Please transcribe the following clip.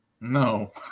No